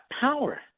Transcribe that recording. Power